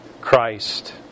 Christ